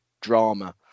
drama